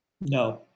no